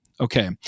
Okay